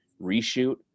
reshoot